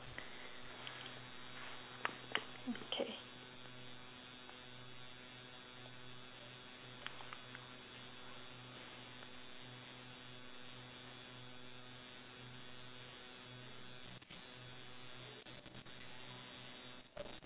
okay